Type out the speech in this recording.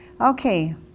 Okay